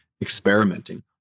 Experimenting